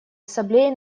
ассамблеи